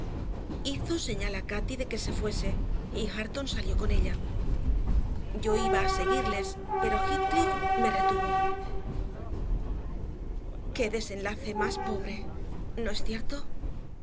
señal a cati de que se fuese y hareton salió con ella yo iba a seguirles pero heathcliff me retuvo qué desenlace más pobre no es cierto